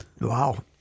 Wow